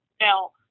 Now